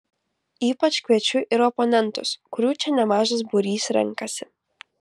ypač kviečiu ir oponentus kurių čia nemažas būrys renkasi